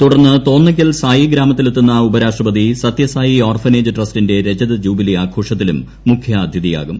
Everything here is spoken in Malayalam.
തുടർന്ന് തോന്നയ്ക്കൽ സായിഗ്രാമത്തിലെത്തുന്ന ഉപരാഷ്ട്രപതി സത്യസായി ഓർഫനേജ് ട്രസ്റ്റിന്റെ രജതജൂബിലി ആഘോഷത്തിലും മുഖ്യാതിഥിയാവും